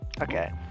Okay